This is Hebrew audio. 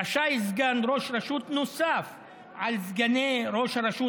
רשאי סגן ראש רשות נוסף על סגני ראש הרשות